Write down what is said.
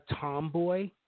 tomboy